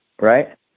Right